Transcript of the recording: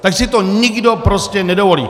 Tak si to tam nikdo prostě nedovolí.